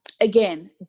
Again